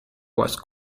was